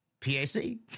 P-A-C